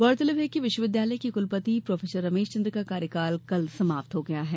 उल्लेखनीय है कि विश्वविद्यालय के कुलपति प्रो रमेश चन्द्र का कार्यकाल कल समाप्त हो गया है